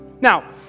Now